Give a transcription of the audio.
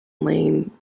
lane